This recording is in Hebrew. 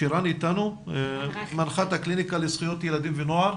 שירן, מנחת הקליניקה לזכויות ילדים ונוער.